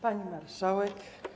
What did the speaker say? Pani Marszałek!